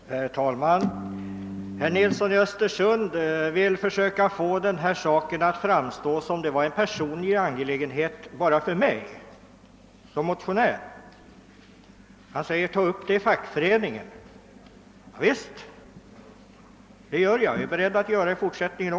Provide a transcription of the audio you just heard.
Herr talman! Herr Nilsson i öÖster sund vill försöka få denna sak att framstå som en personlig angelägenhet bara för: mig som motionär. Han säger: Ta upp frågan i fackföreningen! Ja visst — det gör jag, och jag är beredd att göra det även i fortsättningen.